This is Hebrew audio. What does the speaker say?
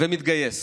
ומתגייס